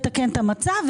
לתקן את המצב,